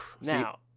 Now